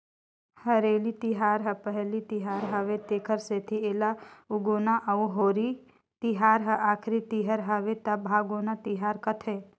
हरेली तिहार हर पहिली तिहार हवे तेखर सेंथी एला उगोना अउ होरी तिहार हर आखरी तिहर हवे त भागोना तिहार कहथें